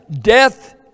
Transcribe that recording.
death